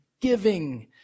giving